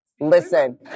listen